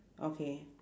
okay